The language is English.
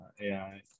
AI